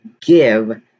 give